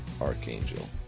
Archangel